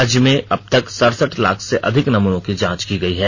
राज्य में अब तक सड़सठ लाख से अधिक नमूनों की जांच की गई है